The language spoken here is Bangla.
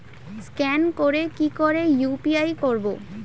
স্ক্যান করে কি করে ইউ.পি.আই করবো?